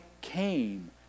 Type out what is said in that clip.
came